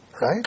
right